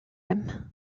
him